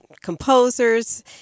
composers